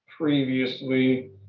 Previously